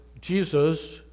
Jesus